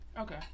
Okay